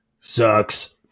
sucks